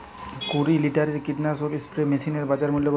কুরি লিটারের কীটনাশক স্প্রে মেশিনের বাজার মূল্য কতো?